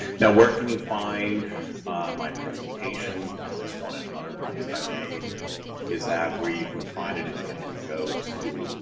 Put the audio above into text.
now where can you find my presentation. and this one and other ones that i've made is that where you can find it is that if you go to